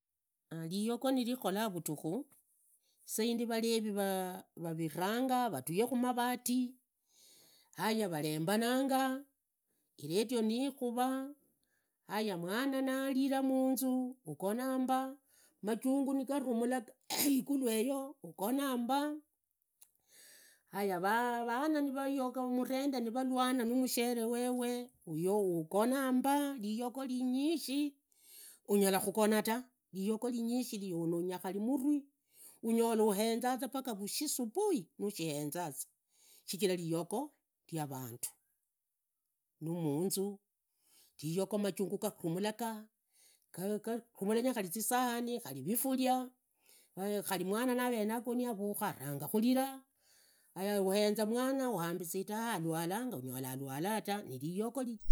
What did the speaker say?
Na riyogo nivikhola vutukhu, isaidi valevi rariranga vatuyekhu mavari haya vulembunanga, iredio nikhuvaa, haya mwana narira munzu ugonaamba, majungu nigaramula igutu yeyo ugonaa mba. Haya ranu va murende nivalawana namushere wewe, iweugonamba, liyoyo linyishi unyola uhenzaza paka rushi linyishi linyala khuonyonga khari murwi unyola uhenzaza paka rushi subuhi nukhienzaza shichira liyogo lia vandu majunguu gakhumulaga, garumulanya khari zisaani, vifuria. Khari mwana navere naagoni avukhunga aranga khurira haya huenza mwana huambiza itaya alwalanga unyola alwala ta nirisogo zia shemeji, nyalehhu rikuvii, ngulekhu shindu sha ndenyi, aranaraa, rajukuu yara vanjendize hhu, vanjendizehhu avambore hhugararihe ingo, nikwahhagalukha ingo ndakagula vindu vyanje yevo, kwize munzu, bwanye muliro, nombe shifuria, ndekhumuiga ndekhe, khunyanye navujukuu yava hhusehha nimuyanza munzu yomo ruzwa vuyanzi vulimu, khari iredio nishura vana nivusieva, nivunyanga zinguza zievu zia shenyeji yezo nurushuma navajukuu vanje yava, vuyanzi za vwere, vwahhura nirihuyanzi.